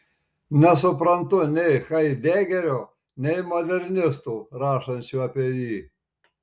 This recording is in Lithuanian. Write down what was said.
nesuprantu nei haidegerio nei modernistų rašančių apie jį